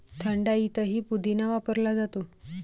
थंडाईतही पुदिना वापरला जातो